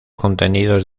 contenidos